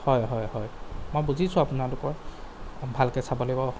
হয় হয় হয় মই বুজিছোঁ আপোনালোকৰ ভালকৈ চাব লাগিব